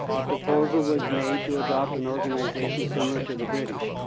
a proposal was made to adopt an organization similar to the british,